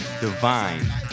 divine